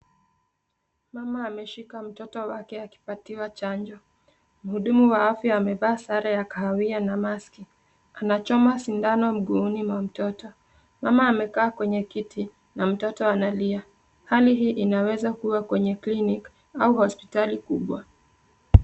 Mama ameshika mtoto wake akipatiwa chanjo. Mhudumu wa afya amevaa sare ya kahawia na maski . Anachoma sindano mguuni mwa mtoto. Mama amekaa kwenye kiti na mtoto analia. Hali hii inaweza kuwa kwenye clinic au hospitali kubwa.